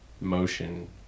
motion